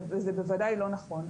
וזה בוודאי לא נכון.